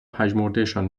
پژمردهشان